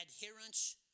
adherence